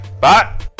Bye